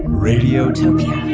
radiotopia